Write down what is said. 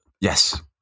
Yes